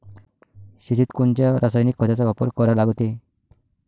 शेतीत कोनच्या रासायनिक खताचा वापर करा लागते?